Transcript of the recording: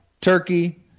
Turkey